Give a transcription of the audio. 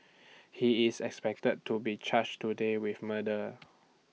he is expected to be charged today with murder